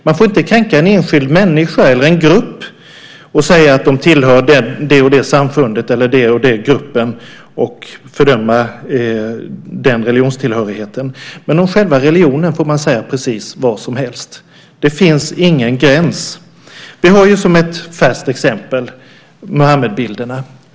Man får inte kränka en enskild människa eller en grupp och säga att de tillhör det och det samfundet eller den och den gruppen och fördöma den religionstillhörigheten, men om själva religionen får man säga precis vad som helst. Det finns ingen gräns. Vi har ju som ett färskt exempel Muhammedbilderna.